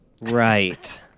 right